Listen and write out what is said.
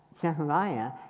Zechariah